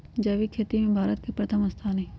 जैविक खेती में भारत के प्रथम स्थान हई